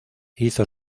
hizo